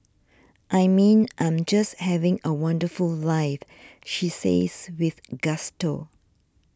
I mean I'm just having a wonderful life she says with gusto